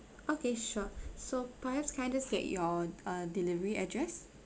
okay sure so perhaps can I just get your uh delivery address